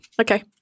okay